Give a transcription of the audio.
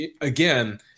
again